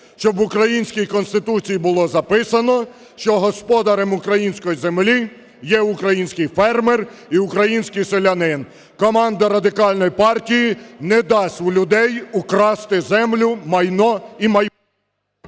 щоб в українській Конституції було записано, що господарем української землі є український фермер і український селянин. Команда Радикальної партії не дасть у людей украсти землю, майно і майбутнє.